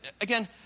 Again